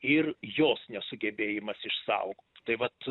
ir jos nesugebėjimas išsaugot tai vat